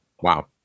Wow